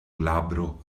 glabro